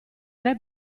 tre